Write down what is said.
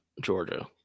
Georgia